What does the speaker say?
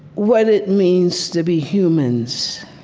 what it means to be humans